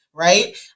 Right